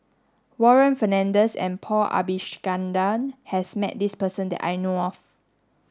Warren Fernandez and Paul Abisheganaden has met this person that I know of